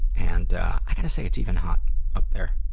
and, ah, i gotta say, it's even hot up there.